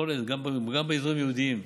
גם באזורים יהודיים,